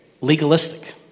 legalistic